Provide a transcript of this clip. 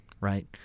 right